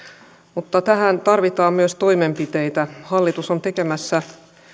mutta tähän tarvitaan myös toimenpiteitä hallitus on tekemässä